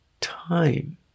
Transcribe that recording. time